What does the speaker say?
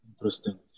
interesting